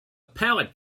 pallet